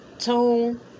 tone